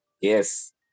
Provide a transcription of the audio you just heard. Yes